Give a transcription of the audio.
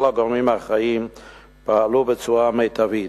הגורמים האחראים פעלו בצורה המיטבית.